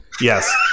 Yes